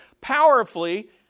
powerfully